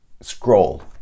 scroll